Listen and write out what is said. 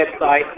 website